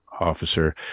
officer